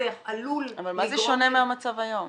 אבל מה זה שונה מהמצב היום?